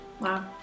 Wow